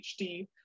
PhD